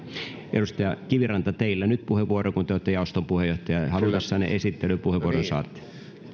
edustaja kiviranta teillä nyt puheenvuoro koska te olette jaoston puheenjohtaja halutessanne esittelypuheenvuoron saatte